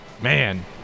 Man